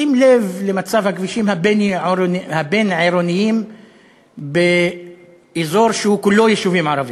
שים לב למצב הכבישים הבין-עירוניים באזור שהוא כולו יישובים ערביים.